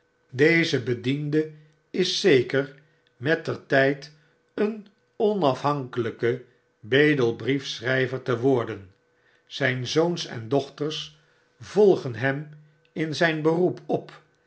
deze bediende is zeker mettertjd een onafhankelyke bedelbriefschrijver te worden zijn zoons en dochters volgen hem in zgn beroep op